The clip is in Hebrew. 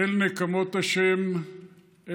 אל נקמות השם.